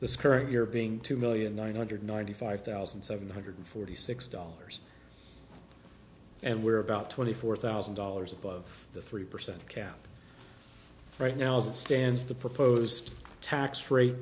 this current year being two million nine hundred ninety five thousand seven hundred forty six dollars and we're about twenty four thousand dollars above the three percent cap right now as it stands the proposed tax rate